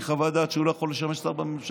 חוות דעת שהוא לא יכול לשמש שר בממשלה.